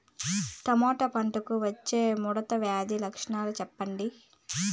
Tomato పంటకు వచ్చే ముడత వ్యాధి లక్షణాలు చెప్పండి?